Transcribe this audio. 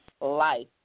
life